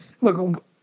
look